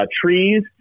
trees